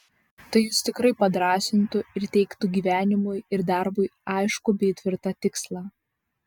tai jus tikrai padrąsintų ir teiktų gyvenimui ir darbui aiškų bei tvirtą tikslą